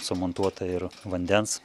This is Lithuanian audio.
sumontuota ir vandens